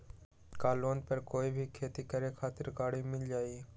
का लोन पर कोई भी खेती करें खातिर गरी मिल जाइ?